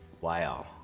wow